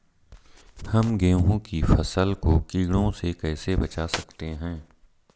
हम गेहूँ की फसल को कीड़ों से कैसे बचा सकते हैं?